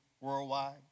worldwide